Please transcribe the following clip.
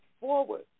forward